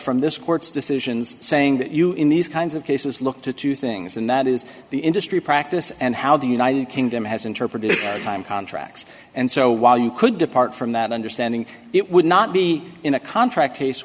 from this court's decisions saying that you in these kinds of cases look to two things and that is the industry practice and how the united kingdom has interpreted time contracts and so while you could depart from that understanding it would not be in a contract cas